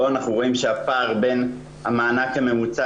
פה אנחנו רואים שהפער בין המענק הממוצע